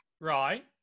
Right